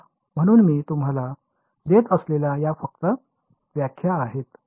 म्हणून मी तुम्हाला देत असलेल्या या फक्त व्याख्या आहेत